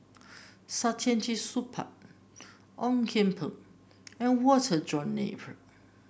Saktiandi Supaat Ong Kian Peng and Walter John Napier